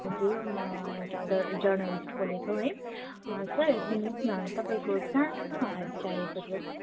हजुर म एउटा जर्न जर्नलिस्ट बोलेको है सर सुन्नुहोस् न तपाईँको सानो हेल्प चाहिएको थियो